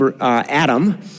Adam